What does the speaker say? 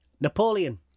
Napoleon